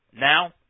Now